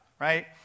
right